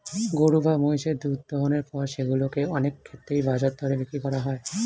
গরু বা মহিষের দুধ দোহনের পর সেগুলো কে অনেক ক্ষেত্রেই বাজার দরে বিক্রি করা হয়